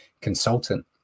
consultant